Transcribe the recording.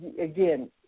again